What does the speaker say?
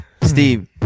Steve